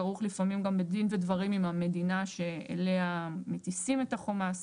כרוך לפעמים גם בדין ודברים עם המדינה שאליה מטיסים את החומ"ס.